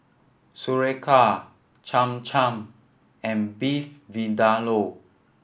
Sauerkraut Cham Cham and Beef Vindaloo